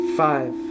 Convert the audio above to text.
five